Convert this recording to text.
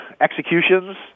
executions